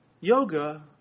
Yoga